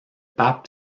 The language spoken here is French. pape